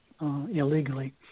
illegally